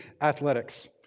athletics